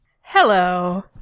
Hello